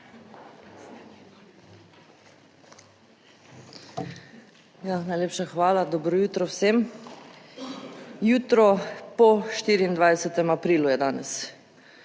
najlepša hvala. Dobro jutro vsem! Jutro po 24. aprilu je danes,